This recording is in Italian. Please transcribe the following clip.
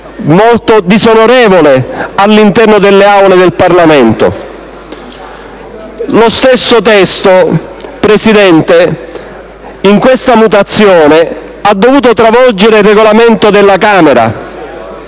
e disonorevole all'interno delle Aule del Parlamento. Lo stesso testo, signora Presidente in questa mutazione, ha dovuto travolgere il Regolamento del Senato,